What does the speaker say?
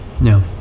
no